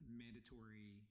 mandatory